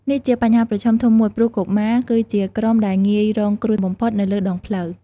នេះជាបញ្ហាប្រឈមធំមួយ ព្រោះកុមារ គឺជាក្រុមដែលងាយរងគ្រោះបំផុតនៅលើដងផ្លូវ។